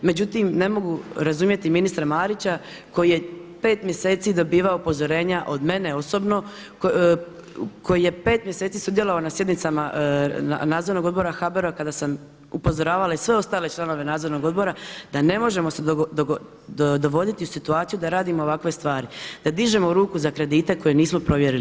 Međutim, ne mogu razumjeti ministra Marića koji je 5 mjeseci dobivao upozorenja od mene osobno, koji je 5 mjeseci sudjelovao na sjednicama Nadzornog odbora HBOR-a kada sam upozoravala i sve ostale članove nadzornog odbora da ne možemo se dovoditi u situaciju da radimo ovakve stvari, da dižemo ruku za kredite koje nismo provjerili.